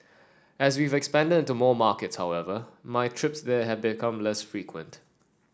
as we've expanded into more markets however my trips there have become less frequent